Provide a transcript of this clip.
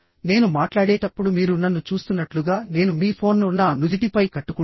నేను మాట్లాడేటప్పుడు మీరు నన్ను చూస్తున్నట్లుగా నేను మీ ఫోన్ను నా నుదిటిపై కట్టుకుంటే